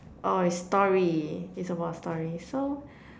oh is story it's about a story so